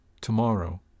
Tomorrow